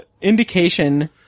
indication